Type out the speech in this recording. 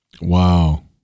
Wow